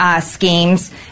schemes